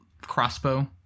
crossbow